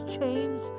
changed